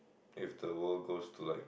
if the world goes to like